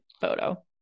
photo